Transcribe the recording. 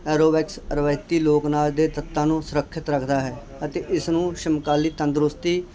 aerobics ਅ ਰਵਾਇਤੀ ਲੋਕ ਨਾਚ ਦੇ ਤੱਤਾਂ ਨੂੰ ਸੁਰੱਖਿਅਤ ਰੱਖਦਾ ਹੈ ਅਤੇ ਇਸ ਨੂੰ ਸਮਕਾਲੀ ਤੰਦਰੁਸਤੀ